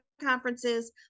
conferences